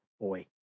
boy